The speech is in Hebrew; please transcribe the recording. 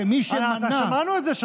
שמי שמנע, הרי אנחנו כבר שמענו את זה.